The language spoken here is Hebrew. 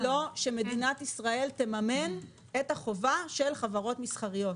שמדינת ישראל תממן את החובה של חברות מסחריות.